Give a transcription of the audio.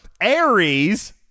Aries